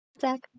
Zach